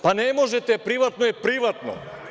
Pa, ne možete privatno je privatno.